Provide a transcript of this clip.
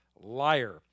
liar